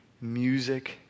music